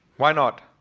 why not?